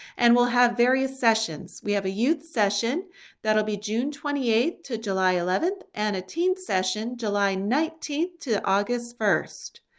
and we'll have various sessions. we have a youth session that'll be june twenty eighth to july eleventh and a teen session july nineteenth to august first.